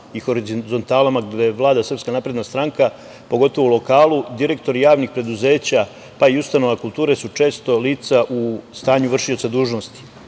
i horizontalama gde vlada SNS, pogotovo na lokalu, direktori javnih preduzeća, pa i ustanova kulture su često lica u stanju vršioca dužnosti.